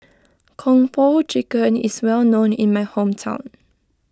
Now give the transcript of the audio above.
Kung Po Chicken is well known in my hometown